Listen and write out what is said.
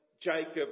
Jacob